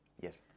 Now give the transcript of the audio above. yes